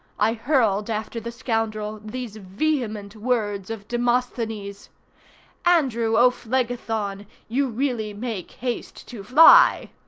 i hurled after the scoundrel these vehement words of demosthenes andrew o'phlegethon, you really make haste to fly,